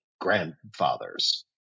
grandfathers